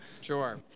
Sure